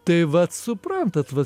tai vat suprantat vat